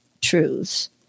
truths